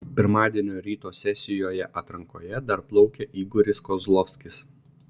pirmadienio ryto sesijoje atrankoje dar plaukė igoris kozlovskis